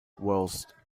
whilst